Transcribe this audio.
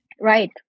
Right